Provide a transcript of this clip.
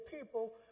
people